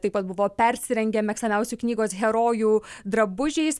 taip pat buvo persirengę mėgstamiausių knygos herojų drabužiais